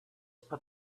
put